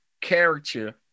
character